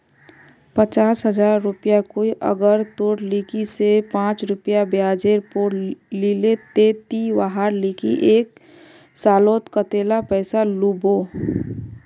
पचास हजार रुपया कोई अगर तोर लिकी से पाँच रुपया ब्याजेर पोर लीले ते ती वहार लिकी से एक सालोत कतेला पैसा लुबो?